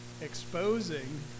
exposing